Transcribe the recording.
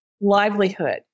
livelihood